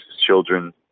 children